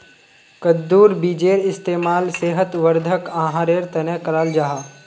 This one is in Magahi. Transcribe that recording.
कद्दुर बीजेर इस्तेमाल सेहत वर्धक आहारेर तने कराल जाहा